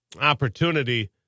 opportunity